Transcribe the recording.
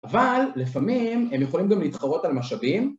אבל לפעמים הם יכולים גם להתחרות על משאבים